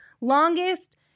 longest